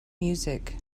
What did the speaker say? music